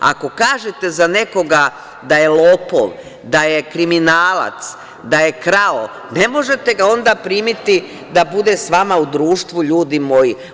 Ako kažete za nekoga da je lopov, da je kriminalac, da je krao, ne možete ga onda primiti da bude s vama u društvu, ljudi moji.